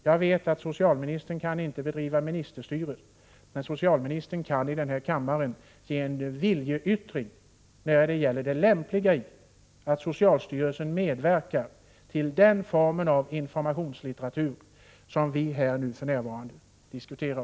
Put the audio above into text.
Jag vet att socialministern inte kan bedriva ministerstyre, men han kan i denna kammare ge en viljeyttring när det gäller det lämpliga i att socialstyrelsen medverkar till den form av informationslitteratur som vi nu diskuterar.